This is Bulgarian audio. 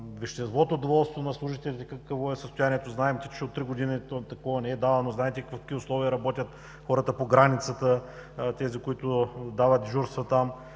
е вещевото доволство на служителите също не знаем. Знаете, че от три години такова не е давано. Знаете в какви условия работят хората по границата, тези, които дават дежурства там.